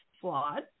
flawed